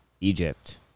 Egypt